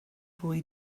fwy